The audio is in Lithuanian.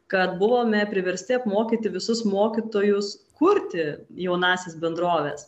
kad buvome priversti apmokyti visus mokytojus kurti jaunąsias bendroves